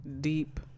deep